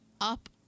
up